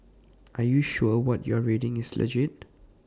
are you sure what you're reading is legit